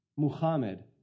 Muhammad